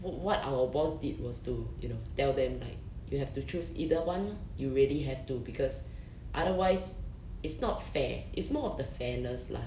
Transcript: what our boss did was to you know tell them like you have to choose either one lor you really have to because otherwise it's not fair is more of the fairness lah